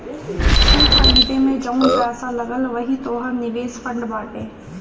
ऊ खरीदे मे जउन पैसा लगल वही तोहर निवेश फ़ंड बाटे